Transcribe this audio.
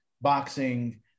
boxing